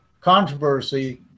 controversy